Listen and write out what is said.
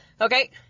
Okay